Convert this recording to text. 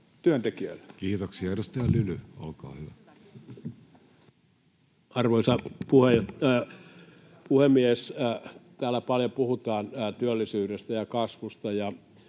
Kiitoksia. — Edustaja Lyly, olkaa hyvä. Arvoisa puhemies! Täällä paljon puhutaan työllisyydestä ja kasvusta,